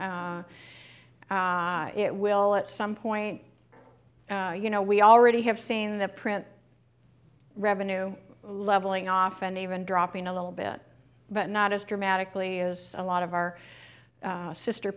it will at some point you know we already have seen the print revenue leveling off and even dropping a little bit but not as dramatically as a lot of our sister